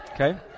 Okay